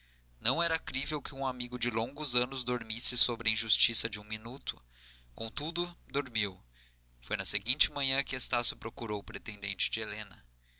não era crível que um amigo de longos anos dormisse sobre a injustiça de um minuto contudo dormiu foi na seguinte manhã que estácio procurou o